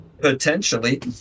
Potentially